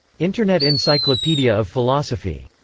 internet encyclopedia of philosophy.